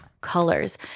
colors